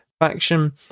faction